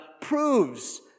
proves